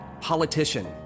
politician